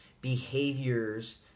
behaviors